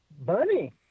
Bunny